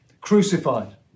crucified